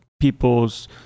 people's